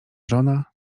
żona